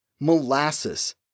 Molasses